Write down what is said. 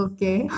Okay